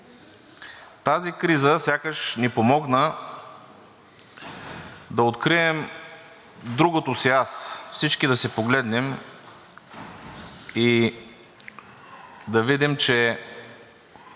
Тази криза сякаш ни помогна да открием другото си аз. Всички да се погледнем и да видим, че